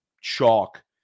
chalk